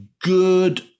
good